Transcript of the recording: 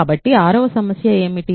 కాబట్టి 6వ సమస్య ఏమిటి